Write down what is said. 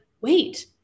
wait